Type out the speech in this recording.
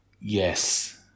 Yes